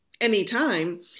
anytime